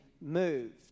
moved